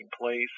place